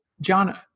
John